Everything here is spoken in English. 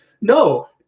No